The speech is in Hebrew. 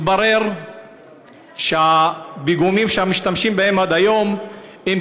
מתברר שהפיגומים שמשתמשים בהם עד היום הם